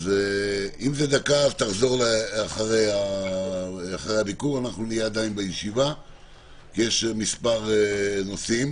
אז תחזור אחרי הביקור כי יש מספר נושאים.